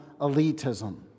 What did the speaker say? elitism